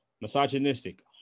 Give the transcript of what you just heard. misogynistic